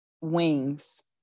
Wings